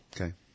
Okay